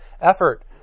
effort